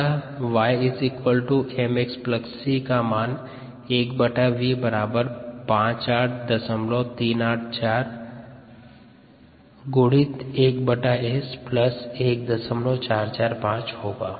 अतः YMxc का मान 1v 58348 ×1S 1445 होगा